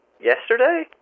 Yesterday